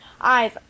eyes